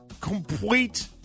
complete